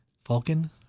Falcon